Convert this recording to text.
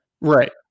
Right